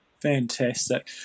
Fantastic